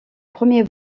premier